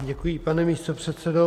Děkuji, pane místopředsedo.